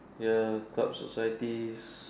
ya clubs societies